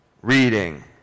reading